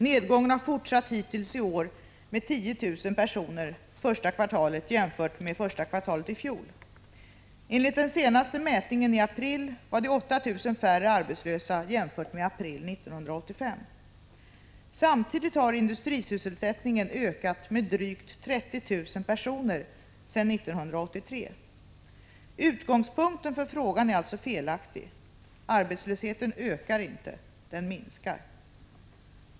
Nedgången har fortsatt hittills i år med 10 000 personer första kvartalet jämfört med första kvartalet i fjol. Enligt den senaste mätningen i april var det 8 000 färre arbetslösa jämfört med april 1985. Samtidigt har industrisysselsättningen ökat med drygt 30 000 personer sedan 1983. Utgångspunkten för frågan är alltså felaktig. Arbetslösheten ökar inte. Den minskar.